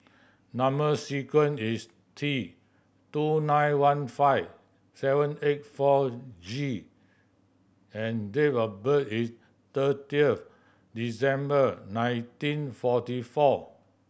number sequence is T two nine one five seven eight four G and date of birth is thirty of December nineteen forty four